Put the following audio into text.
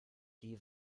die